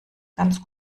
ganz